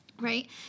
right